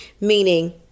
meaning